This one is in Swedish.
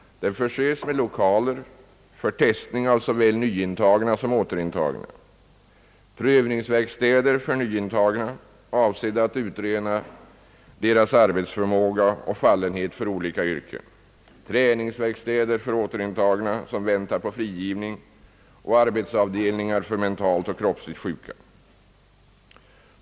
Den förses med lokaler för testning av såväl nyintagna som återintagna, prövningsverkstäder för nyintagna, avsedda att utröna deras arbetsförmåga och fallenhet för olika yrken, träningsverkstäder för återintagna, som väntar på frigivning, och arbetsavdelningar för mentalt och kroppsligt sjuka.